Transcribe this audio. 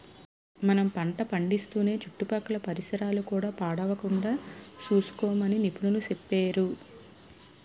మనం పంట పండిస్తూనే చుట్టుపక్కల పరిసరాలు కూడా పాడవకుండా సూసుకోమని నిపుణులు సెప్పేరు